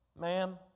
ma'am